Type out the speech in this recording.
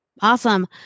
Awesome